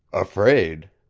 afraid?